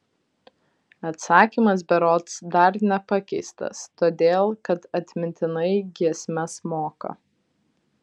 atsakymas berods dar nepakeistas todėl kad atmintinai giesmes moka